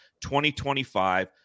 2025